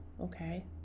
okay